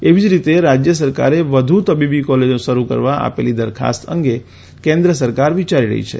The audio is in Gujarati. એવી જ રીતે રાજ્ય સરકારે વધુ તબીબી કોલેજો શરૂ કરવા આપેલી દરખાસ્ત અંગે કેન્દ્ર સરકાર વિચારી રહી છે